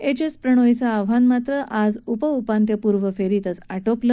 H S प्रणोयचं आव्हान मात्र आज उपउपांत्यपूर्व फेरीतच आटोपलं